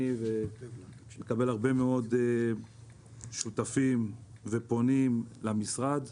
ומקבל הרבה מאוד שותפים ופונים למשרד,